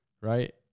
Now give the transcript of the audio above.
right